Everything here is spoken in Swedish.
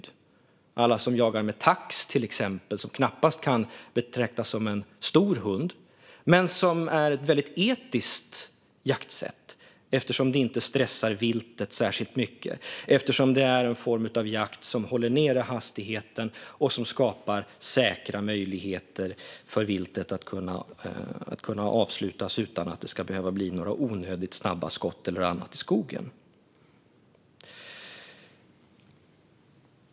Det gäller till exempel alla som jagar med tax, som knappast kan betraktas som en stor hund men som utgör ett etiskt jaktsätt eftersom den inte stressar viltet särskilt mycket. Det är en form av jakt som håller ned hastigheten och som skapar säkra möjligheter för viltet att avslutas utan att det ska behöva bli några onödigt snabba skott eller annat i skogen.